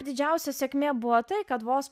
didžiausia sėkmė buvo tai kad vos